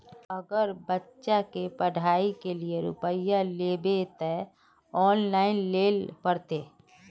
अगर बच्चा के पढ़ाई के लिये रुपया लेबे ते ऑनलाइन लेल पड़ते?